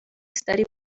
study